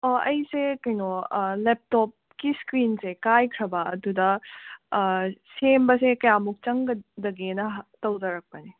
ꯑꯩꯁꯦ ꯀꯩꯅꯣ ꯂꯦꯞꯇꯣꯞꯀꯤ ꯏꯁꯀ꯭ꯔꯤꯟꯁꯦ ꯀꯥꯏꯈ꯭ꯔꯕ ꯑꯗꯨꯗ ꯁꯦꯝꯕꯁꯦ ꯀꯌꯥꯃꯨꯛ ꯆꯪꯒꯗꯒꯦꯅ ꯇꯧꯖꯔꯛꯄꯅꯦ